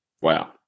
Wow